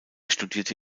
studierte